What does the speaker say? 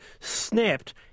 snapped